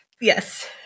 Yes